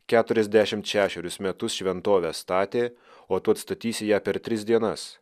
keturiasdešimt šešerius metus šventovę statė o tu atstatysi ją per tris dienas